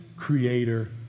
creator